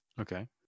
Okay